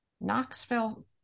Knoxville